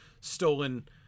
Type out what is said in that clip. stolen